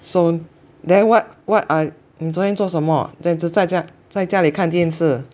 so then what what are 你昨天做什么只在家在家里看电视